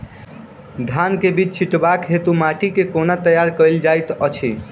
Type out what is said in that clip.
धान केँ बीज छिटबाक हेतु माटि केँ कोना तैयार कएल जाइत अछि?